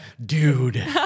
Dude